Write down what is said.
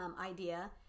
idea